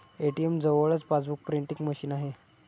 ATM जवळच passbook printing machine आहे